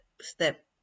step